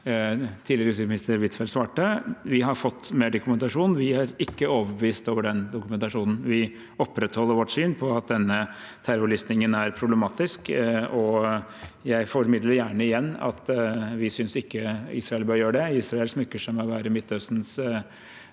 tidligere utenriksminister Huitfeldt svarte. Vi har fått mer dokumentasjon. Vi er ikke overbevist av den dokumentasjonen. Vi opprettholder vårt syn på at denne terrorlistingen er problematisk, og jeg formidler gjerne igjen at vi ikke synes Israel bør gjøre det. Israel smykker seg med å være Midtøstens